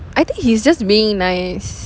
I think he's just being nice